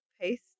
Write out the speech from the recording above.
paste